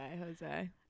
Jose